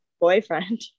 boyfriend